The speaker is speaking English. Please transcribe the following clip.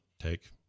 take